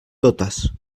totes